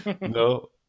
no